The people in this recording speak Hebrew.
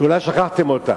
שאולי שכחתם אותה: